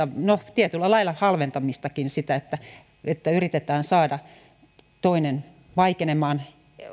tietyllä lailla halventamistakin sitä että että yritetään saada toinen vaikenemaan